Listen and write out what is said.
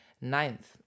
Ninth